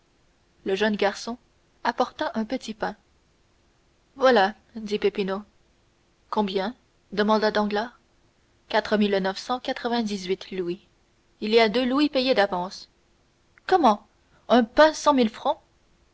le jeune garçon apporta un petit pain voilà dit peppino combien demanda danglars quatre mille neuf cent quatre-vingt-dix-huit louis il y a deux louis payés d'avance comment un pain cent mille francs